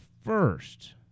first